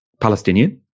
Palestinian